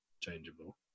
changeable